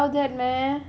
you mum allow that meh